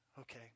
Okay